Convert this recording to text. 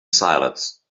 silence